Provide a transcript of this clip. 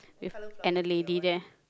with and a lady there